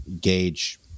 gauge